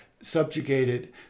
subjugated